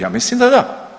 Ja mislim da da.